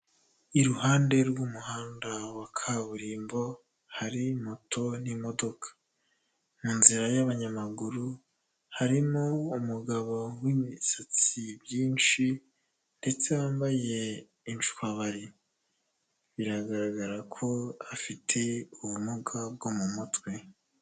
Iruhande rw'umuhanda wa kaburimbo hari moto n'imodoka, mu nzira y'abanyamaguru harimo umugabo w'ibisatsi byinshi ndetse wambaye inshwabari, biragaragara ko afite ubumuga bwo mu mutwe.